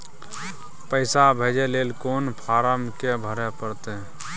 पैसा भेजय लेल कोन फारम के भरय परतै?